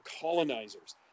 colonizers